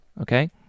okay